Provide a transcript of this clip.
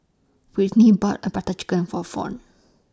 Whitney bought A Butter Chicken For Fawn